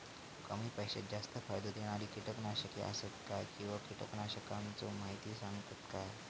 कमी पैशात जास्त फायदो दिणारी किटकनाशके आसत काय किंवा कीटकनाशकाचो माहिती सांगतात काय?